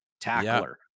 tackler